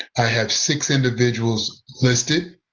i have six individuals listed.